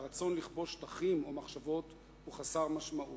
שהרצון לכבוש שטחים או מחשבות הוא חסר משמעות.